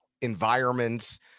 environments